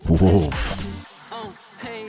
Wolf